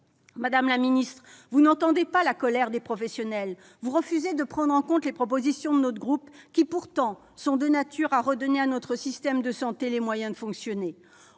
Madame la ministre, vous n'entendez pas la colère des professionnels, vous refusez de prendre en compte les propositions de notre groupe, qui, pourtant, sont de nature à redonner à notre système de santé les moyens de fonctionner.